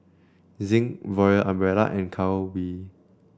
Zinc Royal Umbrella and Calbee